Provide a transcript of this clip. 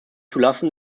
zulassen